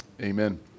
amen